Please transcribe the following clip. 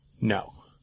No